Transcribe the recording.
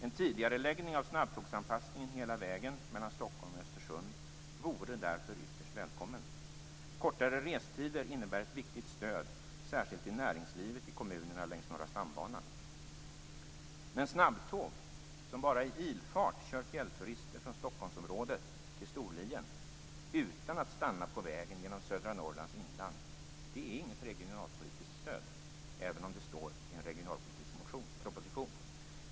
En tidigareläggning av snabbtågsanpassningen hela vägen mellan Stockholm och Östersund vore därför ytterst välkommen. Kortare restider innebär ett viktigt stöd, särskilt till näringslivet i kommunerna längs Norra stambanan. Men snabbtåg, som bara i ilfart kör fjällturister från Stockholmsområdet till Storlien, utan att stanna på vägen genom södra Norrlands inland, är inget regionalpolitiskt stöd, även om det står så i en regionalpolitisk proposition.